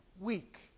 weak